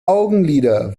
augenlider